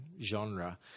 genre